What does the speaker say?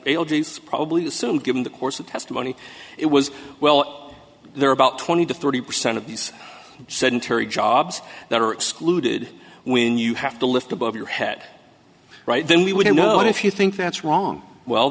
the probably assumed given the course of the testimony it was well there are about twenty to thirty percent of these sedentary jobs that are excluded when you have to lift above your head right then we wouldn't know and if you think that's wrong well